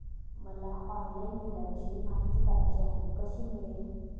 मला ऑनलाईन बिलाविषयी माहिती पाहिजे आहे, कशी मिळेल?